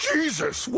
Jesus